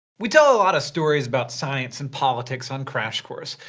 we tell a lot of stories about science and politics on crash course.